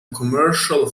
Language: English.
commercial